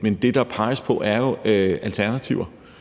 Men det, der peges på, er jo alternativer,